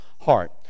heart